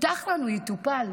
הובטח לנו: יטופל.